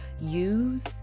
use